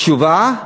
תשובה: